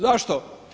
Zašto?